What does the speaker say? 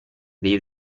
dei